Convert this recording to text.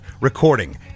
recording